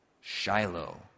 Shiloh